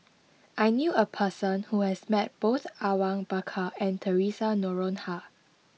I knew a person who has met both Awang Bakar and Theresa Noronha